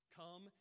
come